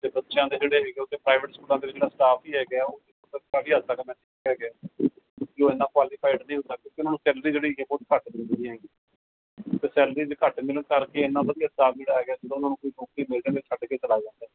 ਅਤੇ ਬੱਚਿਆਂ ਦੇ ਜਿਹੜੇ ਹੈਗੇ ਉੱਥੇ ਪ੍ਰਾਈਵੇਟ ਸਕੂਲਾਂ ਦੇ ਜਿਹੜਾ ਸਟਾਫ ਹੀ ਹੈਗਾ ਉਹ ਕਾਫੀ ਹੱਦ ਤੱਕ ਹੈਗੇ ਹੈ ਕਿਉਂਕਿ ਉਹ ਇੰਨਾਂ ਕੁਆਲੀਫਾਈਡ ਨਹੀਂ ਹੁੰਦਾ ਕਿਉੰਕਿ ਉਹਨਾਂ ਨੂੰ ਸੈਲਰੀ ਜਿਹੜੀ ਹੈ ਬਹੁਤ ਘੱਟ ਮਿਲਦੀ ਜਿ ਹੈਗੀ ਅਤੇ ਸੈਲਰੀ ਜਿ ਘੱਟ ਮਿਲਣ ਕਰਕੇ ਐਨਾ ਵਧੀਆ ਸਟਾਫ ਜਿਹੜਾ ਹੈਗਾ ਜਦੋਂ ਉਹਨਾਂ ਨੂੰ ਕੋਈ ਨੌਕਰੀ ਮਿਲ ਜਾਂਦੀ ਉਹ ਛੱਡ ਕੇ ਚਲਾ ਜਾਂਦਾ ਹੈ